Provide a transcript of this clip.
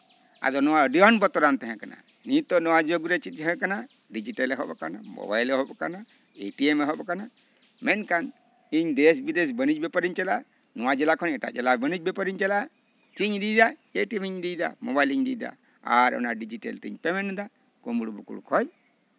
ᱟᱫᱚ ᱱᱚᱣᱟ ᱟᱹᱰᱤ ᱜᱟᱱ ᱵᱚᱛᱚᱨᱟᱱ ᱛᱟᱦᱮᱸᱠᱟᱱᱟ ᱱᱤᱛᱳᱜ ᱱᱚᱣᱟ ᱡᱩᱜᱽ ᱨᱮ ᱪᱮᱫ ᱦᱩᱭᱩᱜ ᱠᱟᱱᱟ ᱰᱤᱡᱤᱴᱮᱞ ᱮᱦᱚᱵ ᱟᱠᱟᱱᱟ ᱢᱳᱵᱟᱭᱤᱞ ᱮᱦᱚᱵ ᱟᱠᱟᱱᱟ ᱮᱴᱤᱭᱮᱢ ᱮᱦᱚᱵ ᱟᱠᱟᱱᱟ ᱢᱮᱱᱠᱷᱟᱱ ᱤᱧ ᱫᱮᱥᱼᱵᱤᱫᱮᱥ ᱵᱟᱹᱱᱤᱡ ᱵᱮᱯᱟᱨᱤᱧ ᱪᱟᱞᱟᱜᱼᱟ ᱱᱚᱣᱟ ᱠᱷᱚᱱ ᱮᱴᱟᱜ ᱡᱮᱞᱟ ᱵᱟᱱᱤᱡ ᱵᱮᱯᱟᱨᱤᱧ ᱪᱟᱞᱟᱜᱼᱟ ᱪᱮᱫ ᱤᱧ ᱤᱫᱤᱭᱮᱫᱟ ᱮᱴᱤᱭᱮᱢ ᱤᱧ ᱤᱫᱤᱭᱮᱫᱟ ᱢᱳᱵᱟᱭᱤᱞᱤᱧ ᱤᱫᱤᱭᱫᱟ ᱟᱨ ᱚᱱᱟ ᱰᱤᱡᱤᱴᱮᱞ ᱛᱤᱧ ᱯᱮᱢᱮᱱᱴ ᱫᱟ ᱠᱩᱢᱵᱲᱩᱼᱵᱩᱠᱲᱩ ᱠᱷᱚᱡ